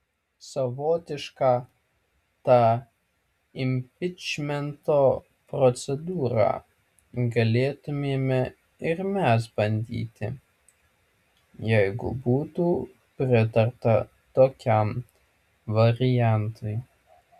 savotišką tą impičmento procedūrą galėtumėme ir mes bandyti jeigu būtų pritarta tokiam variantui